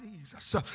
Jesus